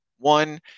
One